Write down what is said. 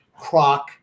Croc